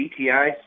BTI